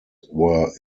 were